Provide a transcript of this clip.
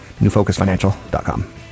Newfocusfinancial.com